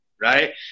right